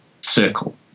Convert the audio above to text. circle